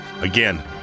Again